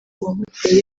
uwamuteye